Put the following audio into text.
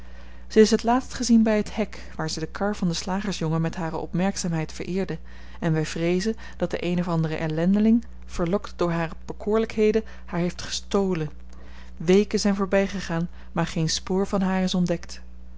ze is het laatst gezien bij het hek waar ze de kar van den slagersjongen met hare opmerkzaamheid vereerde en wij vreezen dat de een of andere ellendeling verlokt door haar bekoorlijkheden haar heeft gestolen weken zijn voorbijgegaan maar geen spoor van haar is ontdekt